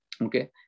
Okay